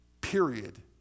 Period